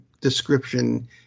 description